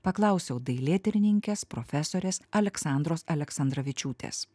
paklausiau dailėtyrininkės profesorės aleksandros aleksandravičiūtės